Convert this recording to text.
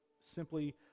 simply